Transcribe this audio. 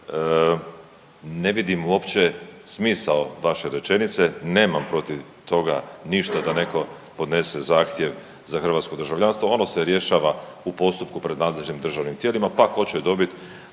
ne vidim uopće smisao vaše rečenice. Nemam protiv toga ništa da netko podnese zahtjev za hrvatsko državljanstvo, ono se rješava u postupku pred nadležnim državnim tijelima, pa tko će dobit